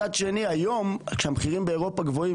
מצד שני היום כשהמחירים באירופה גבוהים,